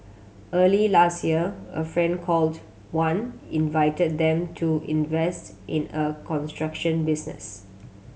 early last year a friend called Wan invited them to invest in a construction business